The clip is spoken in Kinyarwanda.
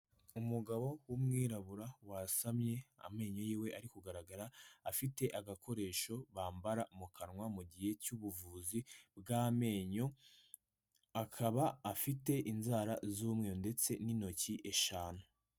Umugabo w'umwirabura wasamye, amenyo yiwe ari kugaragara, afite agakoresho bambara mu kanwa mu gihe cy'ubuvuzi bw'amenyo, akaba afite inzara z'umweru ndetse n'intoki eshanu.